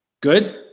Good